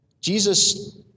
Jesus